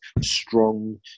strong